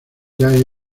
jay